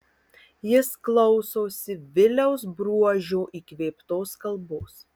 jis klausosi viliaus bruožio įkvėptos kalbos